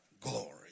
glory